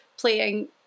playing